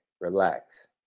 relax